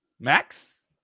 Max